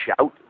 shout